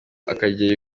akajya